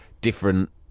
different